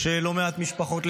יש לא מעט משפחות,